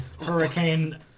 Hurricane